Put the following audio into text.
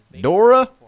Dora